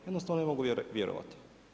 Jednostavno ne mogu vjerovati.